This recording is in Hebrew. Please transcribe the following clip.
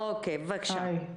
כן.